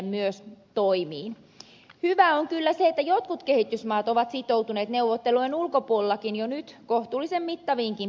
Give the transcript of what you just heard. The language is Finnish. hyvää on kyllä se että jotkut kehitysmaat ovat sitoutuneet neuvottelujen ulkopuolella jo nyt kohtuullisen mittaviinkin päästövähennystavoitteisiin